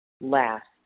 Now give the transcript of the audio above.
last